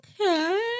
Okay